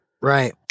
Right